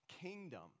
Kingdom